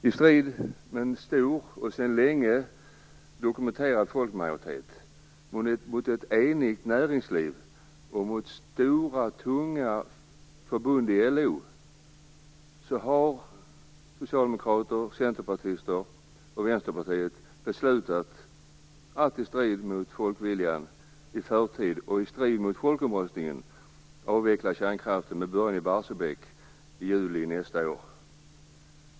I strid med en stor och sedan länge dokumenterad folkmajoritet, ett enigt näringsliv, stora och tunga förbund i LO och i strid med folkomröstningen har socialdemokrater, centerpartister och vänsterpartister beslutat att i förtid avveckla kärnkraften med början i Barsebäck i juli nästa år.